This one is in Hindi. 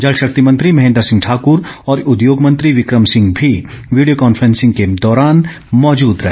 जल शक्ति मंत्री महेन्द्र सिंह ठाकुर और उद्योग मंत्री विक्रम सिंह भी वीडियो कॉन्फ्रेंसिंग के दौरान मौजूद रहे